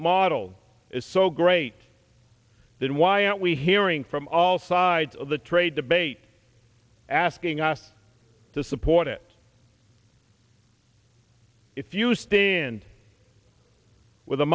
model is so great then why aren't we hearing from all sides of the trade debate asking us to support it if you stand with